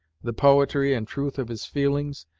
the poetry and truth of his feelings,